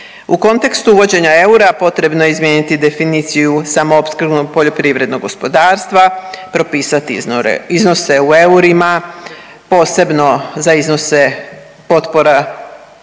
U kontekstu uvođenja eura potrebno je izmijeniti definiciju samoopskrbnog poljoprivrednog gospodarstva, propisati iznose u eurima posebno za iznose potpora